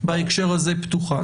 בהקשר הזה פתוחה.